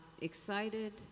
excited